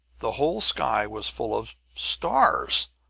the whole sky was full of stars,